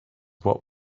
what